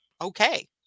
okay